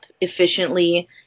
efficiently